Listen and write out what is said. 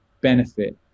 benefit